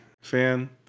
fan